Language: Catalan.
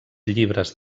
llibres